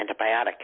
antibiotic